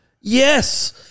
Yes